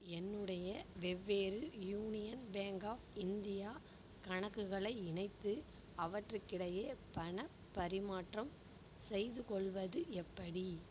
என்னுடைய வெவ்வேறு Union Bank of India கணக்குகளை இணைத்து அவற்றுக்கிடையே பணப் பரிமாற்றம் செய்துகொள்வது எப்படி